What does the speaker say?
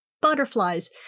butterflies